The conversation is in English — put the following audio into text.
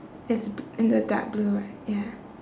it's b~ in a dark blue right ya